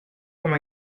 comme